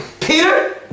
Peter